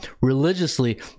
religiously